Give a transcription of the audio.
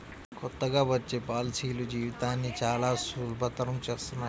కొత్తగా వచ్చే పాలసీలు జీవితాన్ని చానా సులభతరం చేస్తున్నాయి